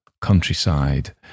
countryside